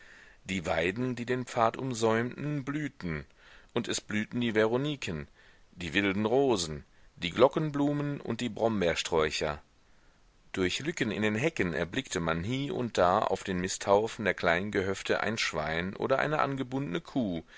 die weiden die den pfad umsäumten blühten und es blühten die veroniken die wilden rosen die glockenblumen und die brombeersträucher durch lücken in den hecken erblickte man hie und da auf den misthaufen der kleinen gehöfte ein schwein oder eine angebundne kuh